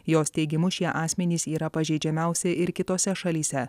jos teigimu šie asmenys yra pažeidžiamiausi ir kitose šalyse